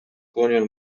colonial